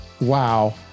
Wow